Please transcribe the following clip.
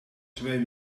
twee